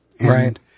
Right